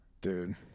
Dude